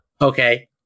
Okay